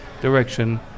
direction